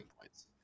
points